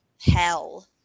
hell